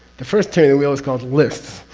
the first turn the wheel is called lists.